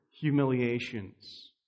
humiliations